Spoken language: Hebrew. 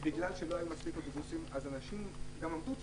בגלל שלא היו מספיק אוטובוסים, אנשים עמדו צפופים,